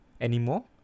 anymore